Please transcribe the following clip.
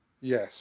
Yes